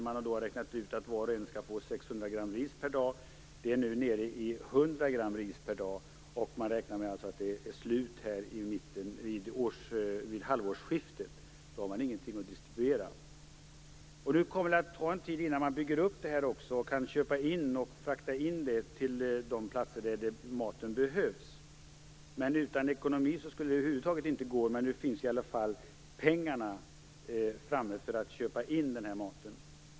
Man har räknat ut att var och en skall få 600 gram ris per dag, men ransonen är nu nere i 100 gram ris per dag, och man räknar med att riset tar slut vid halvårsskiftet - då har man ingenting att distribuera. Det kommer också att ta en tid innan man byggt upp hjälpen. Maten skall först köpas in och fraktas dit där den behövs. Utan ekonomiska medel skulle det över huvud taget inte gå, men nu finns i alla fall de pengar som behövs för inköp av den här maten.